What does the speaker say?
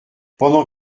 pendant